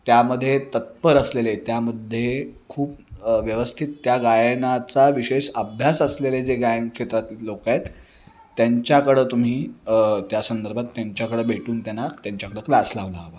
त्यामध्ये तत्पर असलेले त्यामध्ये खूप व्यवस्थित त्या गायनाचा विशेष अभ्यास असलेले जे गायनक्षेत्रातील लोकं आहेत त्यांच्याकडं तुम्ही त्या संदर्भात त्यांच्याकडं भेटून त्यांना त्यांच्याकडं क्लास लावला हवा